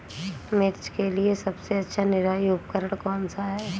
मिर्च के लिए सबसे अच्छा निराई उपकरण कौनसा है?